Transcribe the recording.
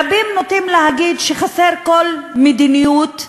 רבים נוטים להגיד שחסרה כל מדיניות,